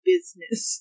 business